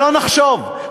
שלא נחשוב,